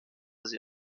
sie